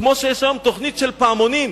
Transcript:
כמו שיש היום תוכנית של "פעמונים",